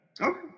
okay